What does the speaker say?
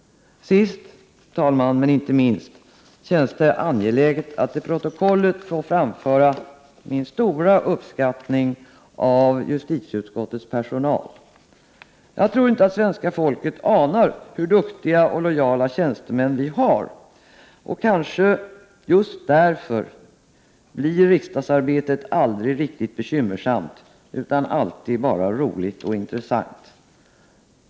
Herr talman! Sist men inte minst känns det angeläget att till protokollet få framföra min stora uppskattning av justitieutskottets personal. Jag tror inte att svenska folket anar hur duktiga och lojala tjänstemän vi har. Kanske just därför blir riksdagsarbetet aldrig riktigt bekymmersamt, utan alltid bara roligt och intressant.